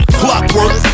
clockwork